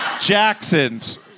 Jackson's